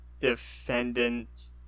defendant